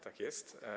Tak jest.